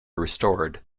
restored